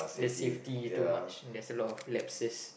the safety too much there's a lot of lapses